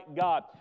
God